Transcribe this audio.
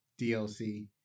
DLC